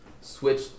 switch